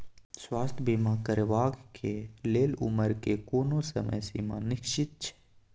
स्वास्थ्य बीमा करेवाक के लेल उमर के कोनो समय सीमा निश्चित छै?